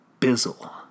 bizzle